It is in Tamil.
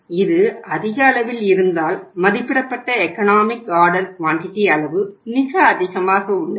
இது அதிக அளவில் இருந்தால் மதிப்பிடப்பட்ட எகனாமிக் ஆர்டர் குவான்டிட்டி அளவு மிக அதிகமாக உள்ளது